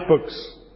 books